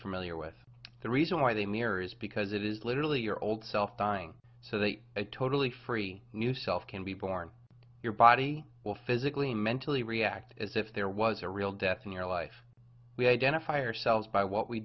familiar with the reason why they mirror is because it is literally your old self dying so they a totally free new self can be born your body will physically mentally react as if there was a real death in your life we identify ourselves by what we